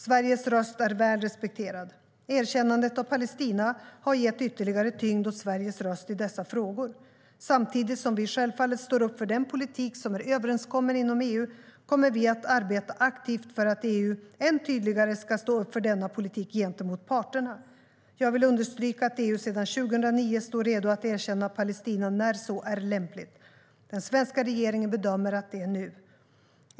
Sveriges röst är väl respekterad. Erkännandet av Palestina har gett ytterligare tyngd åt Sveriges röst i dessa frågor. Samtidigt som vi självfallet står upp för den politik som är överenskommen inom EU, kommer vi att arbeta aktivt för att EU än tydligare ska stå upp för denna politik gentemot parterna. Jag vill understryka att EU sedan 2009 står redo att erkänna Palestina "när så är lämpligt". Den svenska regeringen bedömer att det är nu.